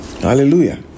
Hallelujah